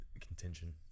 contention